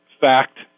fact